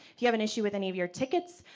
if you have an issue with any of your tickets,